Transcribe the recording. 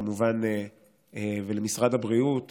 למשרד הבריאות